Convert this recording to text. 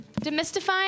demystifying